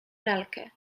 lalkę